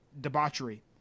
debauchery